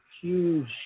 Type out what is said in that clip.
huge